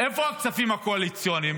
איפה הכספים הקואליציוניים,